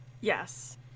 Yes